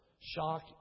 Shock